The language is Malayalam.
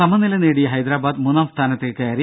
സമനില നേടി ഹൈദരാബാദ് മൂന്നാം സ്ഥാനത്തേക്ക് കയറി